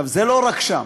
זה לא רק שם.